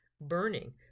Burning